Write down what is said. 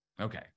Okay